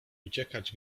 uciekać